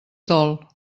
dol